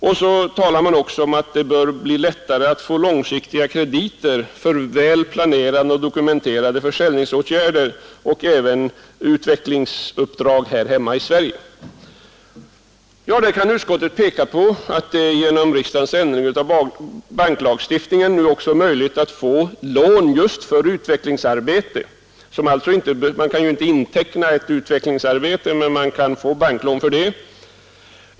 Det sägs också i motionen att det bör bli lättare att få långsiktiga krediter för välplanerad och dokumenterade försäljningsåtgärder på utomeuropeiska marknader liksom för utvecklingsuppdrag här hemma i Sverige. Utskottet kan i detta sammanhang peka på att det genom riksdagens ändring av banklagen blivit möjligt att få lån just för sådant utvecklingsarbete. Ett utvecklingsarbete kan visserligen inte intecknas, men man kan ändå få banklån härför.